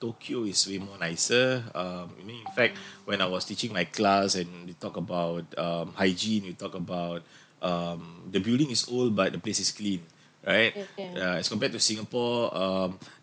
tokyo is really more nicer um I mean in fact when I was teaching my class and we talked about um hygiene we talked about um the building is old but the place is clean right yeah as compared to singapore um